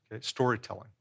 storytelling